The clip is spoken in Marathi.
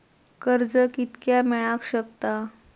कर्ज कितक्या मेलाक शकता?